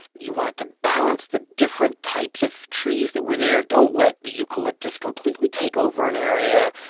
you wanted to balance the different types of trees that were there. don't let the eucalyptus completely take over an area.